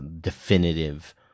definitive